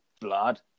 Blood